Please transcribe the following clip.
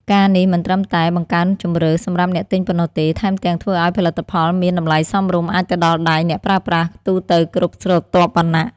ការណ៍នេះមិនត្រឹមតែ បង្កើនជម្រើស សម្រាប់អ្នកទិញប៉ុណ្ណោះទេ ថែមទាំងធ្វើឱ្យផលិតផលមាន តម្លៃសមរម្យ អាចទៅដល់ដៃអ្នកប្រើប្រាស់ទូទៅគ្រប់ស្រទាប់វណ្ណៈ។